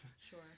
Sure